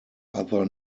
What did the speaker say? other